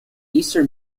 easter